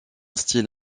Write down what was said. style